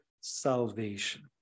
salvation